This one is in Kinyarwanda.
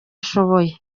ashoboye